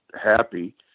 happy